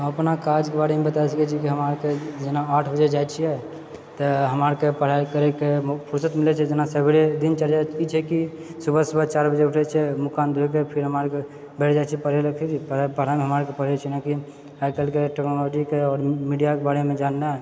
हम अपना काजके बारेमे बताय सकै छी जे हम अहाँके जेना आठ बजे जाइ छियै तऽ हमरा आरके पढ़ाइ करैके फुरसत मिलै छै जेना सबेरे दिनचर्या ई छै कि सुबह सुबह चारि बजे उठै छियै मुँह कान धोइके फिर हमरा आरके बैठ जाइ छियै पढ़ै लेऽ फिर पढाइमे हमरा आरके पढ़ै छियै जेना कि आइ काल्हिके टर्मनोलॉजी के और मीडियाके बारेमे जाननाइ